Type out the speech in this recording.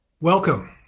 Welcome